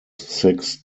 six